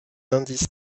indices